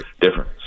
different